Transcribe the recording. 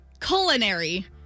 Culinary